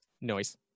Noise